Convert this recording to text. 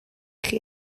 chi